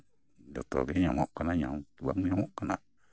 ᱡᱚᱛᱚᱜᱮ ᱧᱟᱢᱚᱜ ᱠᱟᱱᱟ ᱧᱟᱢ ᱠᱤ ᱵᱟᱝ ᱧᱟᱢᱚᱜ ᱠᱟᱱᱟ